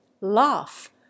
laugh